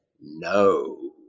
no